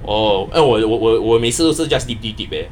orh eh 我有我我我我每次都是 just dip dip eh